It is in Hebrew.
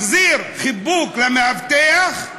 מחזיר חיבוק למאבטח,